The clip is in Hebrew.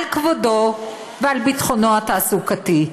על כבודו ועל ביטחונו התעסוקתי.